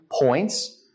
points